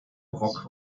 brok